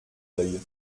oeil